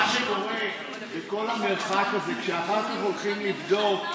הרווחה והבריאות נתקבלה.